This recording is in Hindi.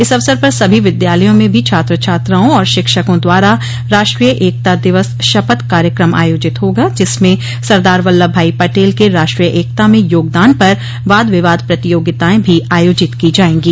इस अवसर पर सभी विद्यालयों में भी छात्र छात्राओं और शिक्षकों द्वारा राष्ट्रीय एकता दिवस शपथ कार्यक्रम आयोजित होगा जिसमें सरदार वल्लभ भाई पटेल के राष्ट्रीय एकता में योगदान पर वाद विवाद प्रतियोगिताएं भी आयोजित की जायें गी